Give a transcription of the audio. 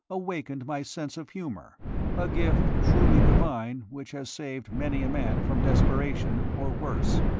awakened my sense of humour a gift truly divine which has saved many a man from desperation or worse.